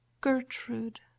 Gertrude